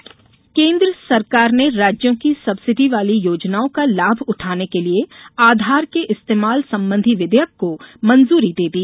आधार subsidy केंद्र सरकार ने राज्यों की सब्सिडी वाली योजनाओं का लाभ उठाने के लिए आधार के इस्तेमाल संबंधी विधेयक को मंजूरी दे दी